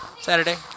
Saturday